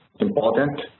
important